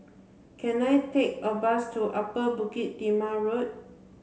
can I take a bus to Upper Bukit Timah Road